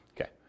Okay